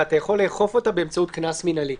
ואתה יכול לאכוף אותה באמצעות קנס מנהלי.